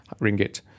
ringgit